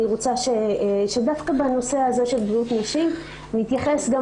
אני רוצה שדווקא בנושא הזה של בריאות נשים נתייחס גם